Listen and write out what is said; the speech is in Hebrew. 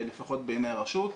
לפחות בעיני הרשות,